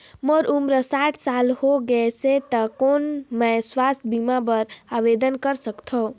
मोर उम्र साठ साल हो गे से त कौन मैं स्वास्थ बीमा बर आवेदन कर सकथव?